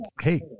hey